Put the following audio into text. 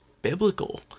biblical